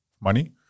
money